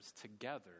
together